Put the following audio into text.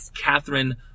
Catherine